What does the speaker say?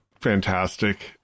fantastic